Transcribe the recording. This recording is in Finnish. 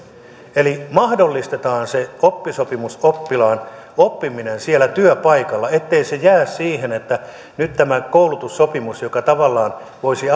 eli mahdollistetaan se oppisopimusoppilaan oppiminen siellä työpaikalla ettei se jää siihen että nyt tämä koulutussopimus avaisi kuten se tavallaan voisi